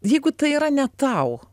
jeigu tai yra ne tau